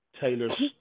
Taylor's